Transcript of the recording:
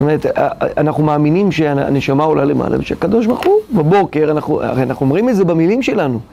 זאת אומרת, אנחנו מאמינים שהנשמה עולה למעלה ושהקב"ה בבוקר, אנחנו- הרי אנחנו אומרים את זה במילים שלנו